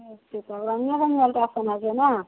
अच्छा तब रानियोगञ्जमे अल्ट्रासाउण्ड होइ छै नहि